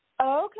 okay